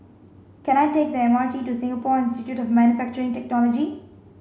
can I take the M R T to Singapore Institute of Manufacturing Technology